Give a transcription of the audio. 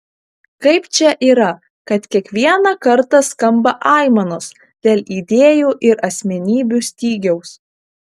kaip čia yra kad kiekvieną kartą skamba aimanos dėl idėjų ir asmenybių stygiaus